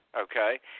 okay